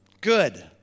Good